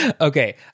Okay